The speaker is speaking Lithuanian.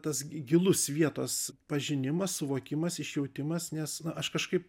tas gilus vietos pažinimas suvokimas išjautimas nes na aš kažkaip